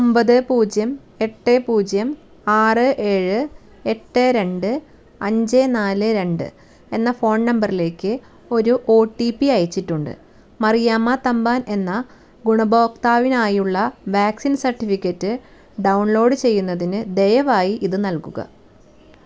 ഒമ്പത് പൂജ്യം എട്ട് പൂജ്യം ആറ് ഏഴ് എട്ട് രണ്ട് അഞ്ച് നാല് രണ്ട് എന്ന ഫോൺ നമ്പറിലേക്ക് ഒരു ഓ ടി പി അയച്ചിട്ടുണ്ട് മറിയാമ്മ തമ്പാൻ എന്ന ഗുണഭോക്താവിനായുള്ള വാക്സിൻ സർട്ടിഫിക്കറ്റ് ഡൗൺലോഡ് ചെയ്യുന്നതിന് ദയവായി ഇത് നൽകുക